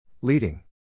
Leading